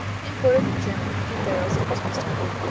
imported from germany in barrels at christmastime,